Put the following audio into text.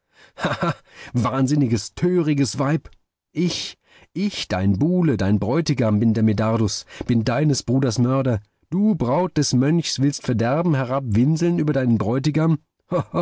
wahnsinniges töriges weib ich ich dein buhle dein bräutigam bin der medardus bin deines bruders mörder du braut des mönchs willst verderben herab winseln über deinen bräutigam